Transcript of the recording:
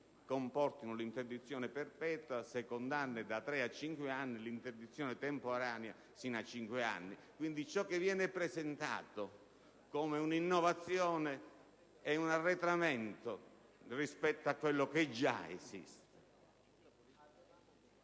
si prevede l'interdizione perpetua, mentre per condanne da tre a cinque anni l'interdizione temporanea sino a cinque anni). Ciò che viene presentato come un'innovazione è un arretramento rispetto a quello che già esiste.